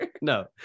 No